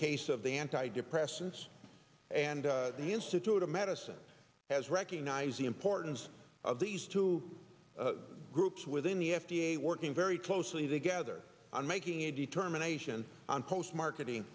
case of the anti depressants and the institute of medicine has recognized the importance of these two groups within the f d a working very closely together on making a determination on post marketing